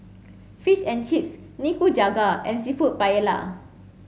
Fish and Chips Nikujaga and Seafood Paella